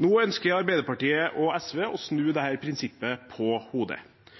Nå ønsker Arbeiderpartiet og SV å snu dette prinsippet på hodet.